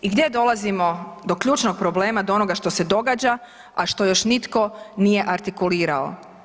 I gdje dolazimo do ključnog problema do onoga što se događa, a što još nitko nije artikulirao?